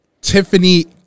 Tiffany